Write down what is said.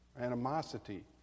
animosity